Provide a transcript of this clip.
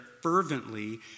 fervently